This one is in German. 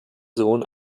sohn